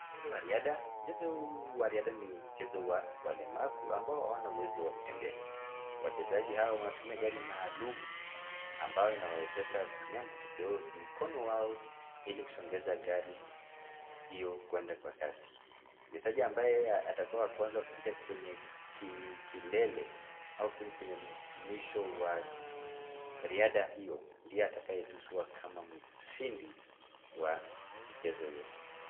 Mchezo wa riadha. Mchezo wa riadha ni mchezo wa walemavu ambao hawana uwezo wa kutembea. Wachezaji hawa wanatumia gari maalum ambayo inawawezesha kutumia mkono wao ili kusongeza gari hiyo kwenda kwa kasi. Mchezaji ambaye atakuwa wa kwanza kufika kwenye kilele au kufika kwenye mwisho wa riadha hiyo ndiye atakayetuzwa kama mshindi wa mchezo huo.